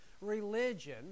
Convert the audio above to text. religion